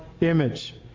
image